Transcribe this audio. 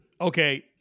Okay